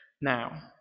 now